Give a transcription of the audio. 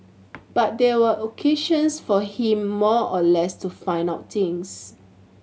but they were occasions for him more or less to find out things